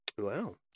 Wow